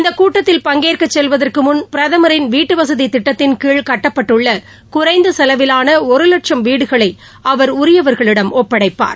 இந்த கூட்டத்தில் பங்கேற்க செல்வதற்கு முன் பிரதமரின் வீட்டுவசதி திட்டத்தின் கீழ் கட்டப்பட்டுள்ள குறைந்த செலவிலான ஒரு லட்சம் வீடுகளை அவர் உரியவர்களிடம் ஒப்படைப்பார்